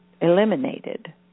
eliminated